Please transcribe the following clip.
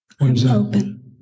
Open